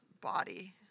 body